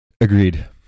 Agreed